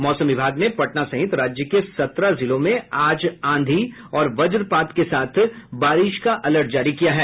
मौसम विभाग ने पटना सहित राज्य के सत्रह जिलों में आज आंधी और वज्रपात के साथ बारिश का अलर्ट जारी किया है